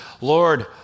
Lord